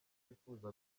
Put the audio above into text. wifuza